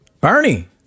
Bernie